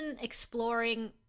exploring